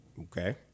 Okay